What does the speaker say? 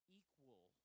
equal